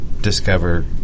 discover